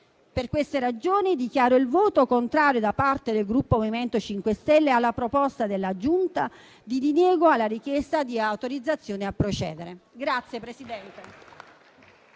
Per queste ragioni dichiaro il voto contrario del Gruppo MoVimento 5 Stelle alla proposta della Giunta di diniego alla richiesta di autorizzazione a procedere.